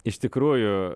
iš tikrųjų